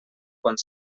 quan